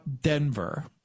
Denver